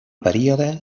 període